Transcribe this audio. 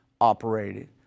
operated